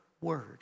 word